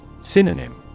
Synonym